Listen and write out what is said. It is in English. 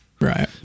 Right